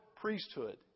priesthood